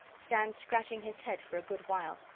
stand scratching his head for a good while.